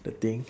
the thing